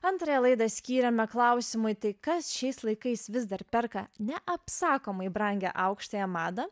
antrąją laidą skyrėme klausimui tai kas šiais laikais vis dar perka neapsakomai brangią aukštąją madą